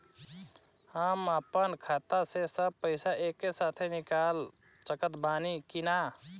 हम आपन खाता से सब पैसा एके साथे निकाल सकत बानी की ना?